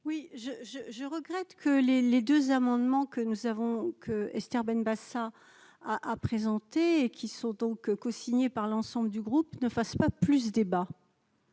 je, je regrette que les les 2 amendements que nous savons, Esther Benbassa a a présenté et qui sont donc co-signé par l'ensemble du groupe ne fassent pas plus débat.